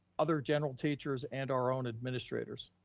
other general teachers and our own administrators.